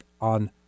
on